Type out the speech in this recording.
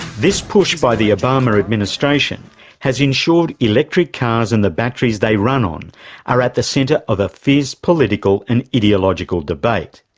this push by the obama administration has ensured electric cars and the batteries they run on are at the centre of a fierce political and ideological debate.